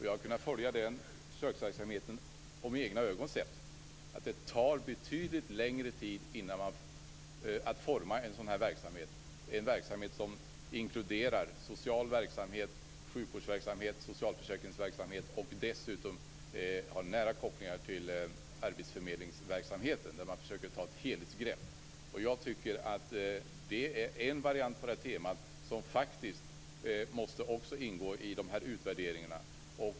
Jag har kunnat följa denna försöksverksamhet och med egna ögon sett att det tar betydligt längre tid att forma en sådan verksamhet som inkluderar social verksamhet, sjukvårdsverksamhet, socialförsäkringsverksamhet och som dessutom har nära kopplingar till arbetsförmedlingen där man försöker att ta ett helhetsgrepp. Jag tycker att detta är en variant på temat som också måste ingå i utvärderingarna.